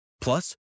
Plus